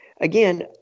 again